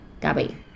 Gabby